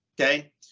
okay